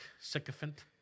sycophant